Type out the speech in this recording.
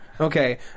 Okay